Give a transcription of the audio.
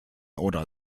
oder